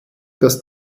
das